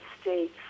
States